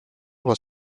was